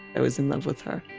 i was in love with her.